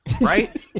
right